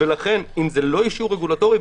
ולכן אם זה לא אישור רגולטורי,